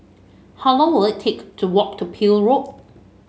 how long will it take to walk to Peel Road